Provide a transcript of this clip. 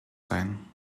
sein